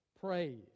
Praise